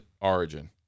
Origin